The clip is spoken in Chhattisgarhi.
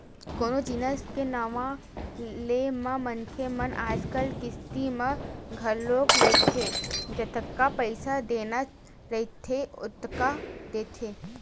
कोनो जिनिस के नवा ले म मनखे मन आजकल किस्ती म घलोक लेथे जतका पइसा देना रहिथे ओतका देथे